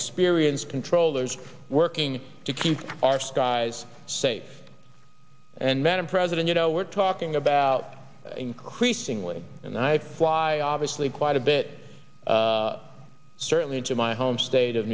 experienced controllers working to keep our skies safe and madam president you know we're talking about increasingly and i fly obviously quite a bit certainly into my home state of